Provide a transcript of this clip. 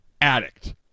addict